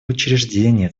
учреждения